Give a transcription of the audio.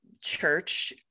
church